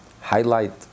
highlight